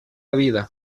vida